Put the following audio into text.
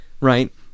right